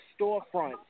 storefront